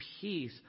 peace